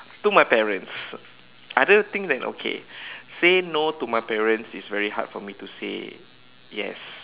to my parents other things then okay say no to my parents is very hard for me to say yes